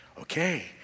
Okay